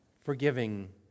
forgiving